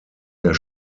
der